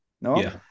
no